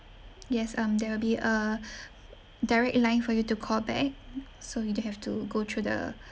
yes um there will be a direct line for you to call back so you don't have to go through the